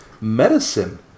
medicine